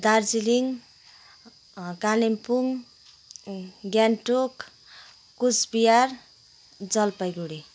Darjeeling Kalimpong Gangtok Coochbehar Jalpaiguri